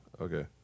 Okay